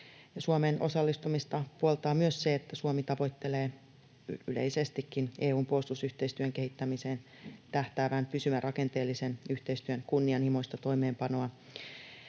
Suomen osallistumista puoltaa myös se, että Suomi tavoittelee yleisestikin EU:n puolustusyhteistyön kehittämiseen tähtäävän pysyvän rakenteellisen yhteistyön kunnianhimoista toimeenpanoa.